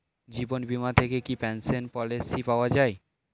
জীবন বীমা থেকে কি পেনশন পলিসি পাওয়া যায়?